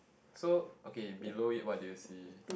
so okay below it what do you see